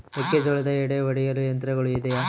ಮೆಕ್ಕೆಜೋಳದ ಎಡೆ ಒಡೆಯಲು ಯಂತ್ರಗಳು ಇದೆಯೆ?